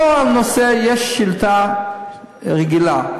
לאותו הנושא יש שאילתה רגילה.